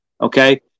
Okay